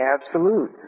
absolute